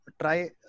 try